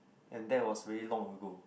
and that was very long ago